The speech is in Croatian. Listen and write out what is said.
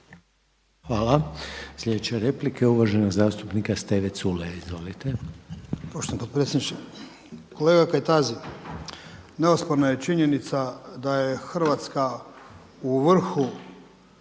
Hvala. Sljedeća replika je uvaženog zastupnika Steve Culeja. Izvolite.